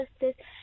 justice